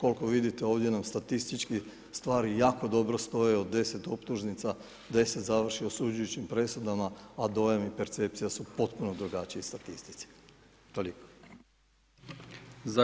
Koliko vidite ovdje nam statistički stvari jako dobro stoje, od 10 optužnica, 10 završi sa osuđujućim presudama, a dojam i percepcija su potpuno drugačiji u statistici, toliko.